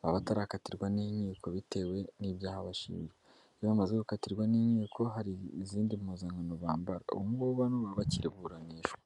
baba batarakatirwa n'inkiko bitewe n'ibyaha bashinjwa, iyo bamaze gukatirwa n'inkiko hari izindi mpuzankano bambara ubu ngubu bano baba bakiburanishwa.